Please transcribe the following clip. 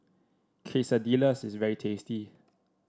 quesadillas is very tasty